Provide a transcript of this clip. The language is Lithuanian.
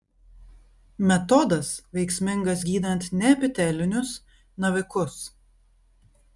metodas veiksmingas gydant neepitelinius navikus